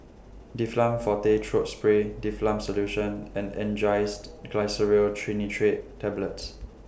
Difflam Forte Throat Spray Difflam Solution and Angised Glyceryl Trinitrate Tablets